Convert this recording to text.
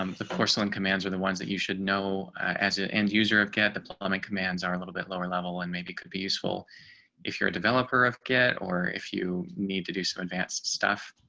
um the porcelain commands are the ones that you should know as an ah end user of get the plumbing commands are a little bit lower level and maybe could be useful if you're a developer of get or if you need to do some advanced stuff.